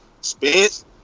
Spence